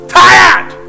tired